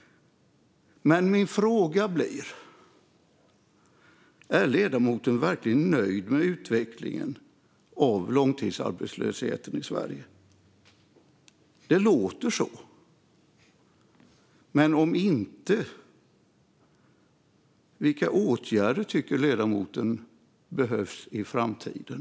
Min fråga blir: Är ledamoten verkligen nöjd med utvecklingen av långtidsarbetslösheten i Sverige? Det låter så. Men om inte - vilka åtgärder tycker ledamoten behövs i framtiden?